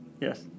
Yes